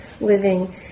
living